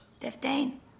Fifteen